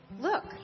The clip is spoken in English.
look